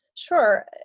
Sure